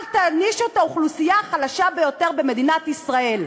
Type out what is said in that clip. אל תענישו את האוכלוסייה החלשה ביותר במדינת ישראל.